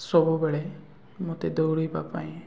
ସବୁବେଳେ ମୋତେ ଦୌଡ଼ିବା ପାଇଁ